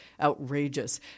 outrageous